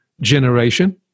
generation